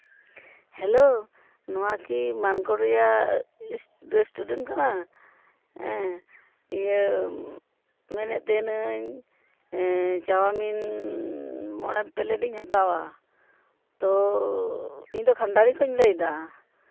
hello ᱱᱚᱣᱟ ᱠᱤ ᱢᱟᱱᱠᱚᱨ ᱨᱮᱭᱟᱜ ᱨᱮᱥᱴᱩᱨᱮᱱᱴ ᱠᱟᱱᱟ ᱤᱭᱟᱹ ᱢᱮᱱᱮᱫ ᱛᱟᱦᱮᱱᱟᱹᱧ ᱪᱟᱣᱢᱤᱱ ᱢᱚᱬᱮ ᱯᱞᱮᱴ ᱤᱧ ᱦᱟᱛᱟᱣᱟ ᱛᱳ ᱤᱧᱫᱚ ᱠᱷᱟᱱᱰᱟᱨᱤ ᱠᱷᱚᱱᱤᱧ ᱞᱟᱹᱭᱫᱟ